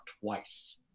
twice